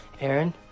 Aaron